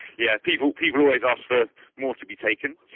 yeah people people always ask for more to be taken.